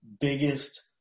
biggest